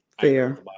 Fair